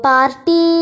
Party